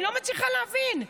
אני לא מצליחה להבין.